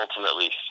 ultimately